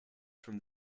from